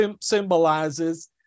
symbolizes